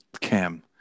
cam